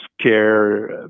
care